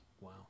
Wow